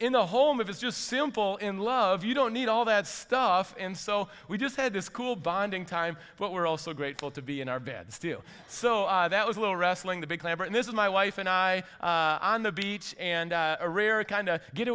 in the home of it's just simple in love you don't need all that stuff and so we just had this cool bonding time but we're also grateful to be in our bed still so that was a little wrestling the big labor and this is my wife and i on the beach and a rare a kind